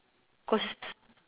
cause